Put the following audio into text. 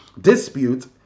dispute